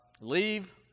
leave